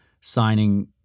signing